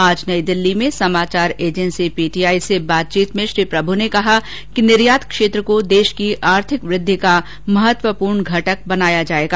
आज नई दिल्ली में समाचार एजेंसी पीटीआई से बातचीत में श्री प्रभू ने कहा कि निर्यात क्षेत्र को देश की आर्थिक वृद्धि का महत्वपूर्ण घटक बनाया जाएगा